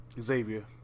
Xavier